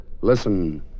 Listen